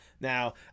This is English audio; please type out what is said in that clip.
Now